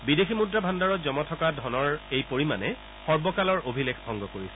বিদেশী মুদ্ৰা ভাণ্ডাৰত জমা থকা ধনৰ এই পৰিমাণে সৰ্বকালৰ অভিলেখ ভংগ কৰিছে